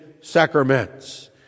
sacraments